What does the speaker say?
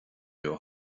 joe